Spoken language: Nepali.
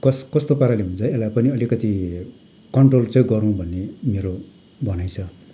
कस् कस्तो पाराले हुन्छ है यसलाई पनि अलिकति कन्ट्रोल चाहिँ गरौँ भन्ने मेरो भनाइ छ